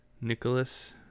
Nicholas